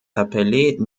appelée